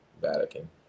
Vatican